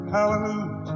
Hallelujah